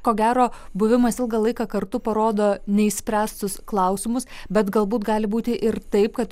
ko gero buvimas ilgą laiką kartu parodo neišspręstus klausimus bet galbūt gali būti ir taip kad